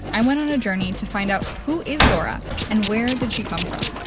i went on a journey to find out who is dora and where did she come from?